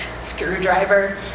screwdriver